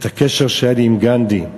הקשר שהיה לי עם גנדי.